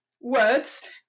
words